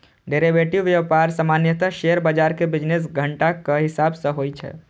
derivative व्यापार सामान्यतः share बाजार के बिजनेस घंटाक हिसाब सं होइ छै